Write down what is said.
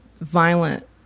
violent